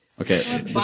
Okay